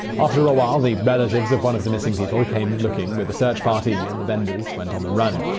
after a while, the relatives of one of the missing people came looking with a search party, and the benders went on the run.